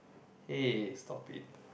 hey stop it